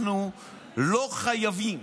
אנחנו לא חייבים".